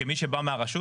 כמי שבא מהרשות.